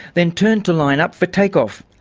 then turned to line up for takeoff.